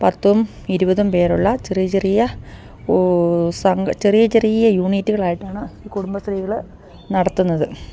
പത്തും ഇരുപതും പേരുള്ള ചെറിയ ചെറിയ ചെറിയ ചെറിയ യൂണിറ്റുകളായിട്ടാണ് ഈ കുടുംബശ്രീകള് നടത്തുന്നത്